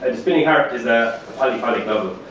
and spinning heart is a polyphony